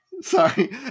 Sorry